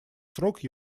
срок